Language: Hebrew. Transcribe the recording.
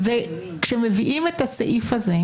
וכשמביאים את הסעיף הזה,